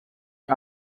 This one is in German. die